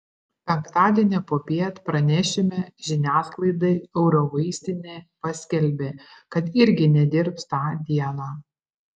penktadienį popiet pranešime žiniasklaidai eurovaistinė paskelbė kad irgi nedirbs tą dieną